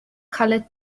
colored